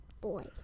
boy